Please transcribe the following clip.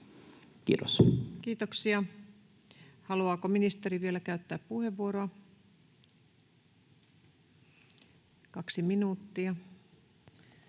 Content: Kiitoksia. — Haluaako ministeri vielä käyttää puheenvuoron? Kaksi minuuttia.